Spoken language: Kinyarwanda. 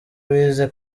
bize